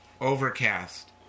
Overcast